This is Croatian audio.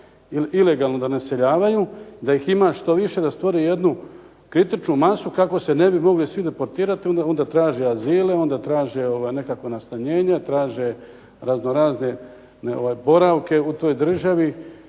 ilegalno da naseljavaju, da ih ima što više, da stvore jednu kritičnu masu kako se ne bi mogli svi deportirati. Onda traže azile, onda traže nekakva nastanjenja, traže razno razne boravke u toj državi.